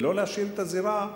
ולא להשאיר את הזירה,